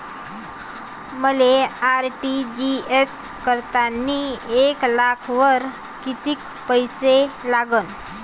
मले आर.टी.जी.एस करतांनी एक लाखावर कितीक पैसे लागन?